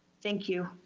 thank you.